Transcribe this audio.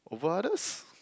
over others